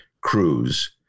Cruz